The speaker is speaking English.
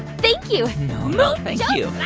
thank you know thank yeah you.